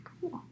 Cool